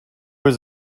was